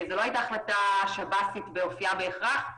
זו לא הייתה החלטה שב"סית באופייה בהכרח.